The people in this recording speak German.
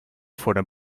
fordern